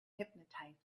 hypnotized